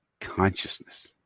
consciousness